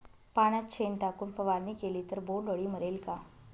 पाण्यात शेण टाकून फवारणी केली तर बोंडअळी मरेल का?